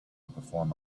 perform